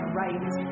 right